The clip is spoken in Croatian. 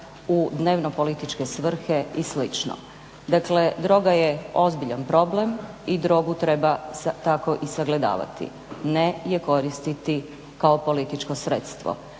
u dnevnopolitičke svrhe i slično. Dakle droga je ozbiljan problem i drogu treba tako sagledavati, ne je koristiti kao političko sredstvo.